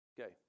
Okay